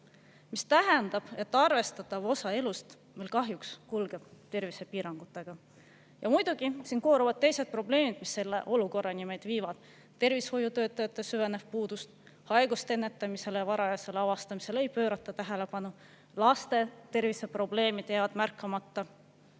See tähendab, et arvestatav osa elust meil kahjuks kulgeb tervisepiirangutega. Muidugi, siin kooruvad teised probleemid, mis meid selle olukorrani viivad. Tervishoiutöötajate süvenev puudus, haiguste ennetamisele ja varajasele avastamisele ei pöörata tähelepanu, laste terviseprobleemid jäävad märkamata.